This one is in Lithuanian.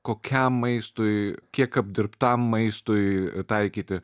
kokiam maistui kiek apdirbtam maistui taikyti